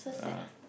yeah